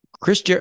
Chris